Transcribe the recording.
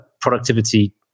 productivity